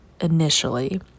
initially